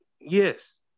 Yes